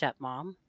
stepmom